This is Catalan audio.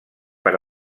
per